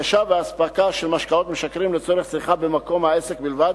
הגשה ואספקה של משקאות משכרים לצורך צריכה במקום העסק בלבד,